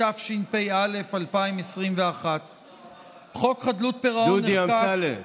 התשפ"א 2021. דודי אמסלם.